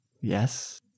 Yes